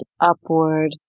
upward